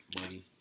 money